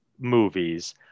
movies